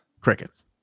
Crickets